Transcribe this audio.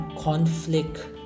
conflict